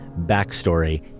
backstory